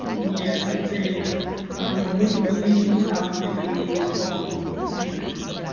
yes, let's say multiple lesions how they may respond differently?